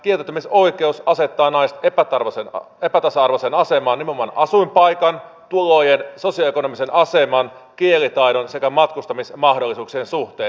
kieltäytymisoikeus asettaa naiset epätasa arvoiseen asemaan nimenomaan asuinpaikan tulojen sosioekonomisen aseman kielitaidon sekä matkustamismahdollisuuksien suhteen